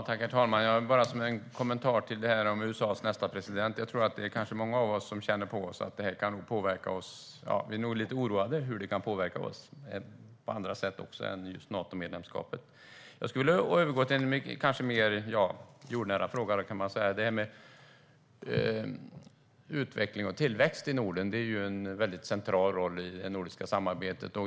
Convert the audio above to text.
Herr talman! Vad gäller kommentaren om USA:s nästa president tror jag att många av oss är oroade över hur det kan påverka oss även på andra sätt än just Natomedlemskapet. Jag skulle vilja gå över till en mer jordnära fråga. Utveckling och tillväxt i Norden har en väldigt central roll i det nordiska samarbetet.